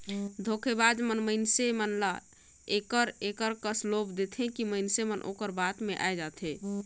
धोखेबाज मन मइनसे मन ल एकर एकर कस लोभ देथे कि मइनसे मन ओकर बात में आए जाथें